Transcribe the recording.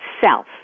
self